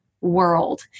world